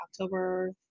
October